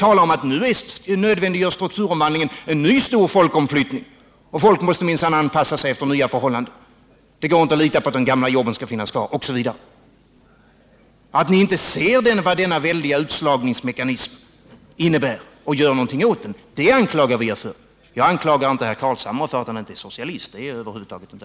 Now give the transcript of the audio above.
talar om att strukturomvandlingen nödvändiggör en ny stor folkomflyttning, under hänvisning till att folk minsann måste anpassa sig efter nya förhållanden, att det inte går att lita på att de gamla jobben skall finnas kvar osv. Vi anklagar er för att ni inte ser vad denna väldiga utslagningsmekanism innebär och inte gör något åt den. Jag anklagar inte herr Carlshamre för att han inte är socialist — det lönar sig över huvud taget inte.